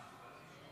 שני